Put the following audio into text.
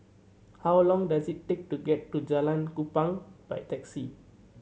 how long does it take to get to Jalan Kupang by taxi